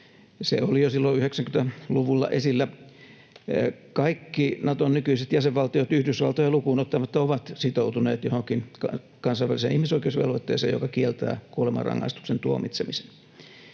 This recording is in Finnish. Se oli jo silloin 90-luvulla esillä. Kaikki Naton nykyiset jäsenvaltiot Yhdysvaltoja lukuun ottamatta ovat sitoutuneet johonkin kansainväliseen ihmisoikeusvelvoitteeseen, joka kieltää kuolemanrangaistukseen tuomitsemisen,